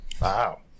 Wow